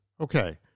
Okay